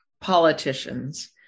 politicians